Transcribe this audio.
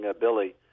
Billy